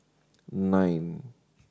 nine